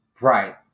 right